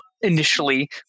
initially